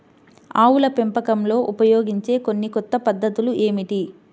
ఆవుల పెంపకంలో ఉపయోగించే కొన్ని కొత్త పద్ధతులు ఏమిటీ?